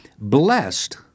blessed